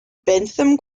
bentham